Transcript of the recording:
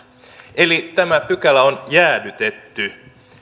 eli tämä pykälä on jäädytetty